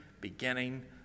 beginning